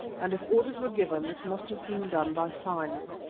and if orders were given this must have been done by signs.